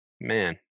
man